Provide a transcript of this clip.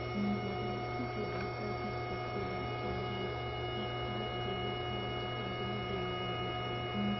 मधुमक्खी के भीतर विष होखेला अउरी इ काट देली सन त आदमी बेमार हो जाला